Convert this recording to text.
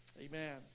Amen